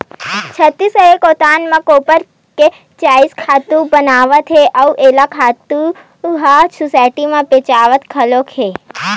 छत्तीसगढ़ के गोठान म गोबर के जइविक खातू बनावत हे अउ ए खातू ह सुसायटी म बेचावत घलोक हे